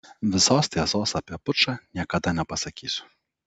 visos tiesos apie pučą niekada nepasakysiu